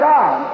God